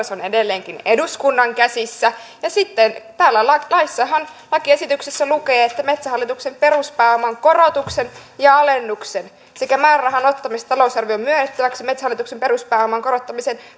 se on edelleenkin eduskunnan käsissä ja sitten täällä lakiesityksessä lukee että eduskunta päättää metsähallituksen peruspääoman korotuksesta ja alennuksesta sekä määrärahan ottamisesta talousarvioon myönnettäväksi metsähallituksen peruspääoman korottamiseen